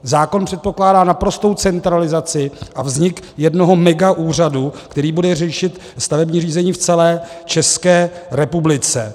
Zákon předpokládá naprostou centralizaci a vznik jednoho megaúřadu, který bude řešit stavební řízení v celé České republice.